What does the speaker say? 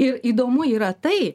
ir įdomu yra tai